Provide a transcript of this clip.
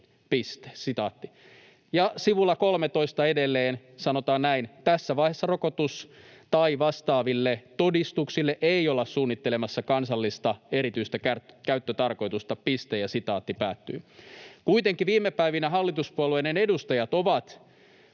sivulla 13 sanotaan edelleen näin: ”Tässä vaiheessa rokotus‑ tai vastaaville todistuksille ei olla suunnittelemassa kansallista erityistä käyttötarkoitusta.” Kuitenkin viime päivinä hallituspuolueiden edustajat ovat